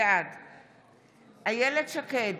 בעד אילת שקד,